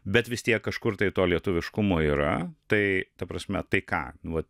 bet vis tiek kažkur tai to lietuviškumo yra tai ta prasme tai ką nu vat